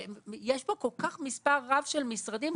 יש בו כל כך מספר רב של משרדים.